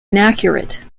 inaccurate